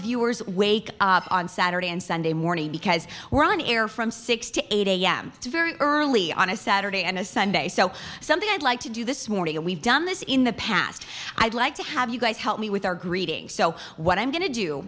viewers wake up on saturday and sunday morning because we're on air from six to eight a m it's very early on a saturday and a sunday so something i'd like to do this morning and we've done this in the past i'd like to have you guys help me with our greeting so what i'm going to do